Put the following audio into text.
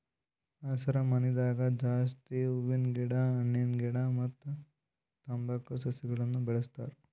ಹಸರಮನಿದಾಗ ಜಾಸ್ತಿ ಹೂವಿನ ಗಿಡ ಹಣ್ಣಿನ ಗಿಡ ಮತ್ತ್ ತಂಬಾಕ್ ಸಸಿಗಳನ್ನ್ ಬೆಳಸ್ತಾರ್